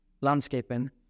landscaping